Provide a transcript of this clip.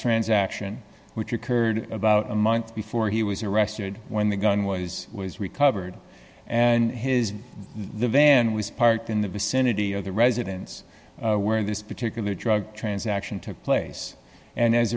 transaction which occurred about a month before he was arrested when the gun was was recovered and his the van was parked in the vicinity of the residence where this particular drug transaction took place and as